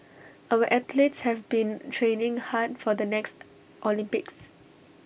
our athletes have been training hard for the next Olympics